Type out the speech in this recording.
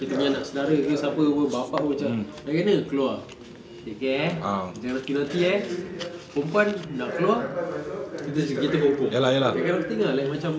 kita punya anak sedara ke siapa [pe] bapa pun macam nak pergi mana keluar take care eh jangan naughty naughty eh perempuan nak keluar kita kongkong that kind of thing lah like macam